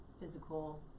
physical